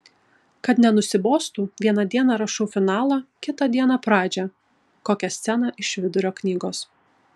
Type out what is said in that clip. kad nenusibostų vieną dieną rašau finalą kitą dieną pradžią kokią sceną iš vidurio knygos